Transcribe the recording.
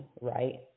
right